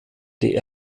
die